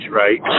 right